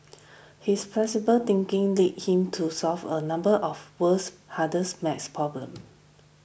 his flexible thinking led him to solve a number of world's hardest maths problems